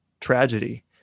tragedy